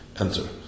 enter